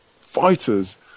fighters